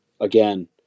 again